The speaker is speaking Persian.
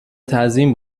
تزیین